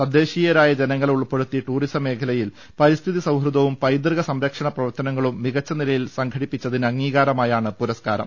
തദ്ദേശീയരായ ജനങ്ങളെ ഉൾപ്പെടുത്തി ടൂറിസം മേഖലയിൽ പരിസ്ഥിതി സൌഹൃദവും പൈതൃക സംരക്ഷണ പ്രവർത്തനങ്ങളും മികച്ച നിലയിൽ സംഘ ടിപ്പിച്ചതിന് അംഗീകാരമായാണ് പൂരസ്കാരം